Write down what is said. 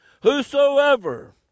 Whosoever